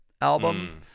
album